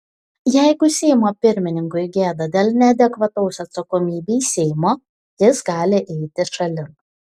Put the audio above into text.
jeigu seimo pirmininkui gėda dėl neadekvataus atsakomybei seimo jis gali eiti šalin